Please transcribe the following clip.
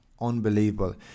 unbelievable